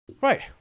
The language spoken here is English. Right